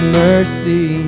mercy